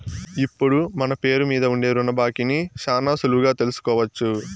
ఇప్పుడు మన పేరు మీద ఉండే రుణ బాకీని శానా సులువుగా తెలుసుకోవచ్చు